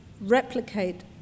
replicate